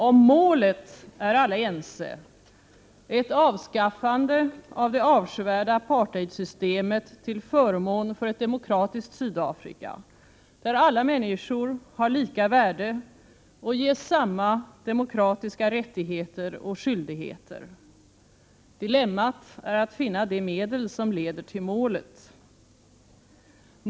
Om målet är alla ense, ett avskaffande av det avskyvärda apartheidsystemet till förmån för ett demokratiskt Sydafrika där alla människor har lika värde och ges samma demokratiska rättigheter och skyldigheter. Dilemmat är att finna de medel som leder till målet.